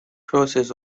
process